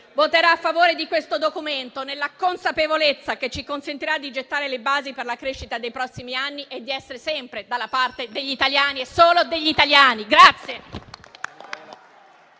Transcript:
voterà a favore di questo Documento nella consapevolezza che ci consentirà di gettare le basi per la crescita dei prossimi anni e di essere sempre dalla parte degli italiani e solo degli italiani.